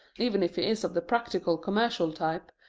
even if he is of the practical commercial type,